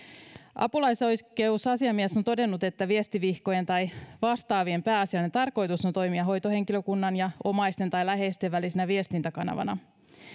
apulaisoikeusasiamies on todennut että viestivihkojen tai vastaavien pääasiallinen tarkoitus on toimia hoitohenkilökunnan ja omaisten tai läheisten välisenä viestintäkanavana